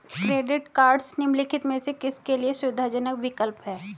Credit cards निम्नलिखित में से किसके लिए सुविधाजनक विकल्प हैं?